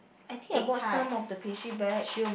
I think I bought some of the pastry back